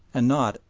and not,